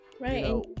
right